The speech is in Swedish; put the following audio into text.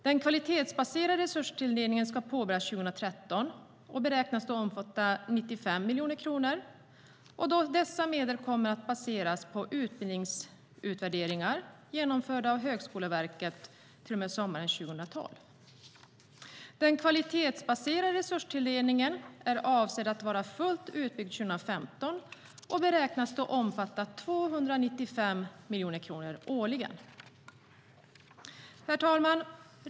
Den kvalitetsbaserade resurstilldelningen ska påbörjas 2013 och beräknas då omfatta 95 miljoner kronor. Dessa medel kommer att baseras på utbildningsutvärderingar genomförda av Högskoleverket till och med sommaren 2012. Den kvalitetsbaserade resurstilldelningen är avsedd att vara fullt utbyggd 2015 och beräknas då omfatta 295 miljoner kronor årligen. Herr talman!